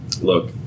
look